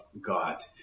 God